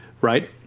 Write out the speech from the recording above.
Right